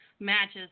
Matches